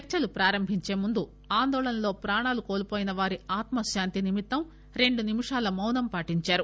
చర్చలు ప్రారంభించే ముందు ఆందోళనలో ప్రాణాలు కోల్పోయిన వారి ఆత్మశాంతి నిమిత్తం రెండు నిమిషాలు మౌనం పాటిందారు